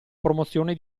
promozione